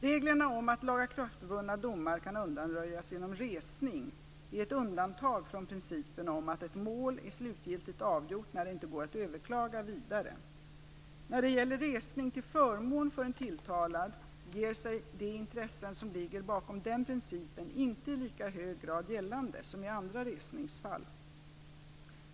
Reglerna om att lagakraftvunna domar kan undanröjas genom resning är ett undantag från principen om att ett mål är slutgiltigt avgjort när det inte går att överklaga vidare. När det gäller resning till förmån för en tilltalad gör sig de intressen som ligger bakom den principen inte i lika hög grad gällande som i andra resningsfall.